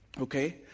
okay